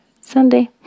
Sunday